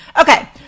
Okay